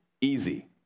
easy